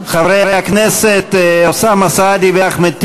חברי הכנסת אוסאמה סעדי ואחמד טיבי.